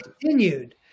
continued